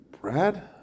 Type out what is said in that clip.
Brad